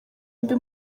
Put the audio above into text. mbi